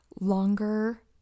longer